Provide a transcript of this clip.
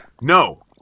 No